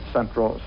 Central